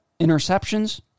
interceptions